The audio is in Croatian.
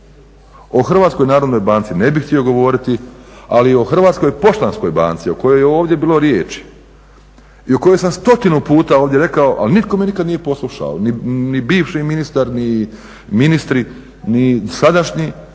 u dužničko ropstvo. O HNB-u ne bih htio govoriti, ali o HPB-u o kojoj je ovdje bilo riječ i o kojoj sam stotinu puta ovdje rekao, ali nitko me nikada nije poslušao, ni bivši ministar, ni ministri, ni sadašnji.